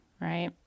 right